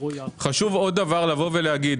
חשוב עוד דבר לבוא ולהגיד.